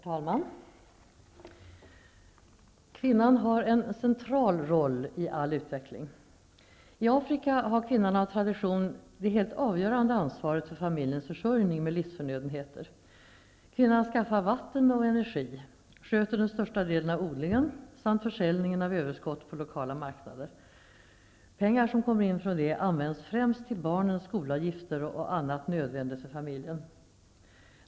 Herr talman! Kvinnan har en central roll i all utveckling. I Afrika har kvinnan av tradition det helt avgörande ansvaret för familjens försörjning med livsförnödenheter. Kvinnan skaffar vatten och energi, sköter den största delen av odlingen samt försäljningen av överskott på lokala marknader. Pengar som kommer in från det används främst till barnens skolavgifter och annat nödvändigt för familjen.